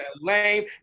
lame